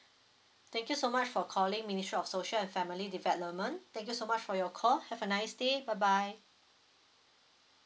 thank you so much for calling ministry of social and family development thank you so much for your call have a nice day bye bye